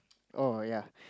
oh yea